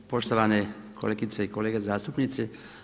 Poštovane kolegice i kolege zastupnici.